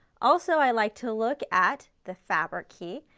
also i like to look at the fabric key,